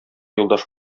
юлдаш